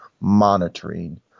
monitoring